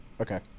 Okay